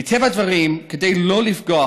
מטבע הדברים, כדי לא לפגוע